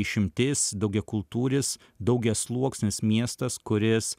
išimtis daugiakultūris daugiasluoksnis miestas kuris